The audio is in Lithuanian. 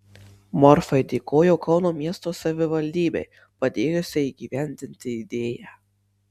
morfai dėkojo kauno miesto savivaldybei padėjusiai įgyvendinti idėją